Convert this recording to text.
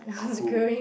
cool